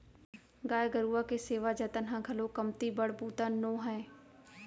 गाय गरूवा के सेवा जतन ह घलौ कमती बड़ बूता नो हय